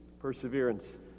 perseverance